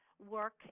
work